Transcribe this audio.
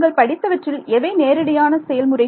நீங்கள் படித்தவற்றில் எவை நேரடியான செயல்முறைகள்